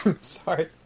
Sorry